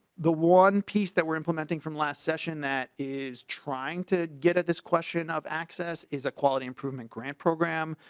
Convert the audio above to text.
the war and peace that we're implementing from last session that is trying to get at this question of access is a quality improvement grant program.